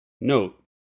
Note